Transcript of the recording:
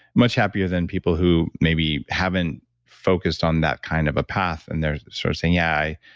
much happier than people who, maybe, haven't focused on that kind of a path. and they're sort of saying, yeah,